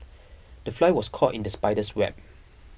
the fly was caught in the spider's web